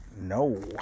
no